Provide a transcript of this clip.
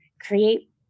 create